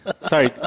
Sorry